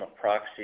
proxy